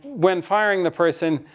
when firing the person,